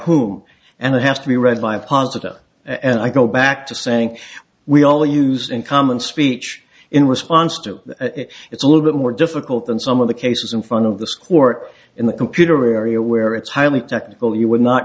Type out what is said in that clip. whom and it has to be read by a partner and i go back to saying we all use in common speech in response to it's a little bit more difficult than some of the cases in front of this court in the computer area where it's highly technical you would not